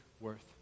worth